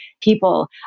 people